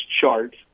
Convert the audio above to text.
chart